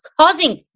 causing